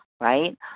right